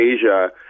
Asia